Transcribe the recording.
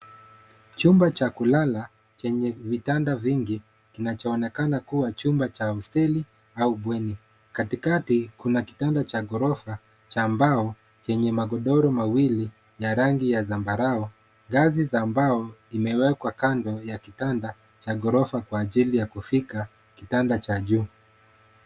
Chumba cha kulala chenye vitanda vingi kinachoonekana kuwa chumba cha hosteli au bweni. Katikati, kuna kitanda cha ghorofa cha mbao chenye magodoro mawili ya rangi ya zambarau. Ngazi za mbao imewekwa kando ya kitanda ya ghorofa kwa ajili ya kufika kitanda cha juu.